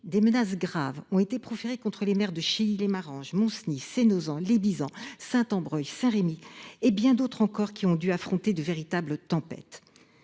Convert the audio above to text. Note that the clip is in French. Des menaces graves ont été proférées contre les maires de Cheilly lès Maranges, Montcenis, Senozan, Les Bizots, Saint Ambreuil et Saint Rémy. Bien d’autres encore ont dû affronter de véritables tempêtes.